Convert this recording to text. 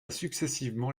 successivement